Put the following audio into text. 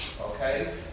okay